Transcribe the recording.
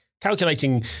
calculating